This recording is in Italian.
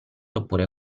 oppure